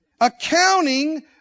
Accounting